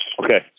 Okay